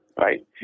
right